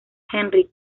henrik